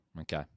Okay